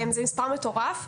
זה מספר מטורף.